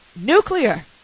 nuclear